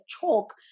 chalk